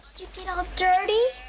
you get all dirty?